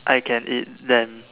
I can eat them